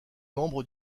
membre